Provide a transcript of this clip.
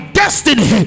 destiny